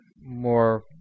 more